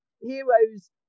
heroes